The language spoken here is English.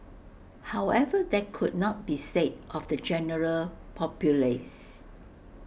however that could not be say of the general populace